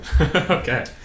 Okay